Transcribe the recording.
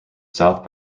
south